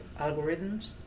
algorithms